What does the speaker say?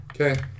Okay